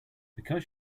because